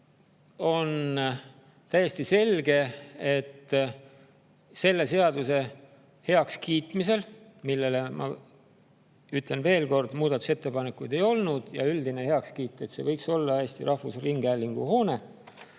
on täiesti selge, et selle seaduse heakskiitmisel – ütlen veel kord, et muudatusettepanekuid ei olnud ja oli üldine heakskiit, et see võiks olla Eesti Rahvusringhäälingu hoone